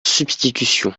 substitution